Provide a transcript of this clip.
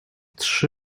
trzy